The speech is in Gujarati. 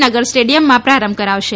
નગર સ્ટેડિયમમાં પ્રારંભ કરાવશે